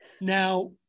Now